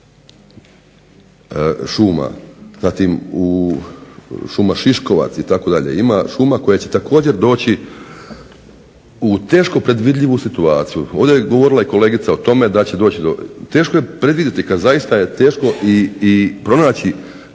šuma zatim u šuma Šiškovac, ima šuma koje će također doći u teško predvidljivu situaciju. Ovdje je govorila kolegica o tome da će doći, teško je predvidjeti,